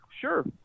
Sure